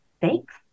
Thanks